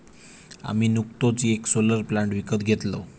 आम्ही नुकतोच येक सोलर प्लांट विकत घेतलव